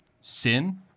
sin